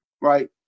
right